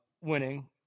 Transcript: winning